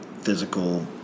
physical